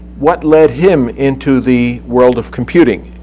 what led him into the world of computing?